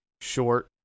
short